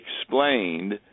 explained